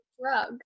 drug